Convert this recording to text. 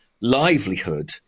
livelihood